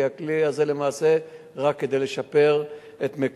כי הכלי הזה הוא למעשה רק כדי לשפר את עניין